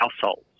households